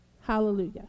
Hallelujah